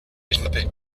échappé